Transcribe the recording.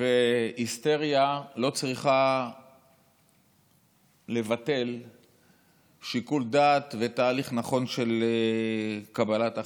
והיסטריה לא צריכה לבטל שיקול דעת ותהליך נכון של קבלת ההחלטות.